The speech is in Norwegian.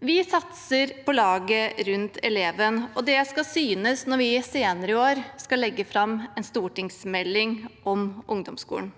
Vi satser på laget rundt eleven, og det skal synes når vi senere i år skal legge fram en stortingsmelding om ungdomsskolen.